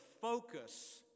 focus